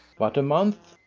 but a month.